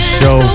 show